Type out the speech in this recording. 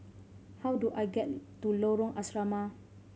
how do I get to Lorong Asrama